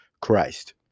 christ